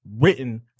written